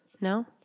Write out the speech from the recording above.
No